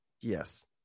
Yes